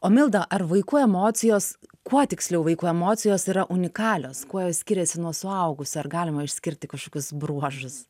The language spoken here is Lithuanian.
o milda ar vaikų emocijos kuo tiksliau vaiko emocijos yra unikalios kuo skiriasi nuo suaugusio ar galima išskirti kažkokius bruožus